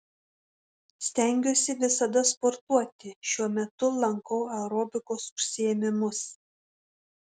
stengiuosi visada sportuoti šiuo metu lankau aerobikos užsiėmimus